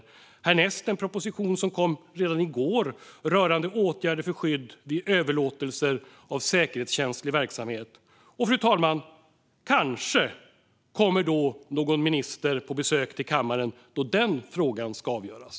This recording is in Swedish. Härnäst handlar det om den proposition som kom i går rörande åtgärder för skydd vid överlåtelser av säkerhetskänslig verksamhet. Och, fru talman, kanske kommer någon minister på besök till kammaren då den frågan ska avgöras.